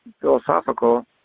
philosophical